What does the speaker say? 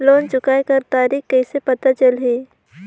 Loan चुकाय कर तारीक कइसे पता चलही?